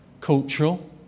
cultural